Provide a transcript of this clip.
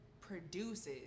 produces